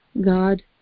God